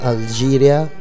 Algeria